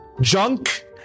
junk